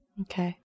Okay